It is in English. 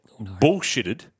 bullshitted